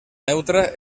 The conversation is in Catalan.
neutra